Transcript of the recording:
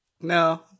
No